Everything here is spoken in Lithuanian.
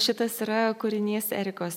šitas yra kūrinys erikos